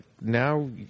now